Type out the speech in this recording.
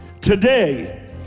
Today